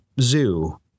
zoo